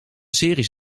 series